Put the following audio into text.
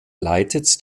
leitet